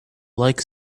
like